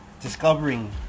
discovering